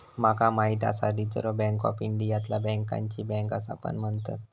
माका माहित आसा रिझर्व्ह बँक ऑफ इंडियाला बँकांची बँक असा पण म्हणतत